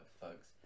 folks